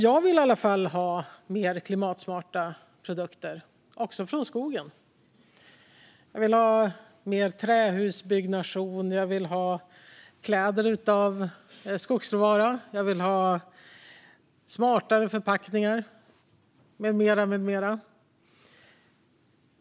Jag vill i alla fall ha mer klimatsmarta produkter, också från skogen. Jag vill ha mer trähusbyggnation. Jag vill ha kläder av skogsråvara. Jag vill ha smartare förpackningar med mera.